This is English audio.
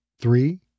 Three